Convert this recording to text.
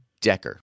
Decker